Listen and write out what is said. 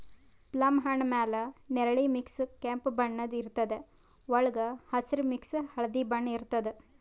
plum ಹಣ್ಣ್ ಮ್ಯಾಲ್ ನೆರಳಿ ಮಿಕ್ಸ್ ಕೆಂಪ್ ಬಣ್ಣದ್ ಇರ್ತದ್ ವಳ್ಗ್ ಹಸ್ರ್ ಮಿಕ್ಸ್ ಹಳ್ದಿ ಬಣ್ಣ ಇರ್ತದ್